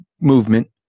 movement